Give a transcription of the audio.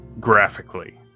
graphically